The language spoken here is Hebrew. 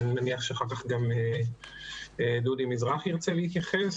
אני מניח שאחר כך גם דודי מזרחי ירצה להתייחס.